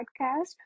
podcast